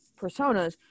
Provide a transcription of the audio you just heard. personas